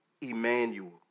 Emmanuel